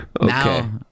Now